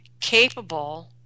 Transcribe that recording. capable